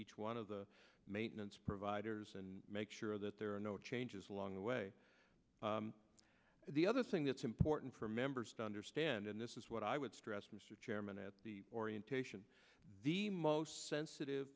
each one of the maintenance providers and make sure that there are no changes along the way the other thing that's important for members to understand and this is what i would stress mr chairman at the orientation the most sensitive